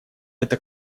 эта